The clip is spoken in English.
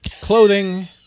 Clothing